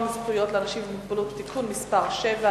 זכויות לאנשים עם מוגבלות (תיקון מס' 7),